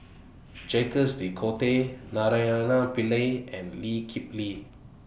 Jacques De Coutre Naraina Pillai and Lee Kip Lee